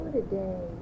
today